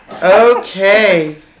Okay